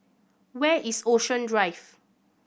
where is Ocean Drive